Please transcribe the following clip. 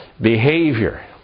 behavior